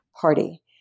party